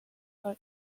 are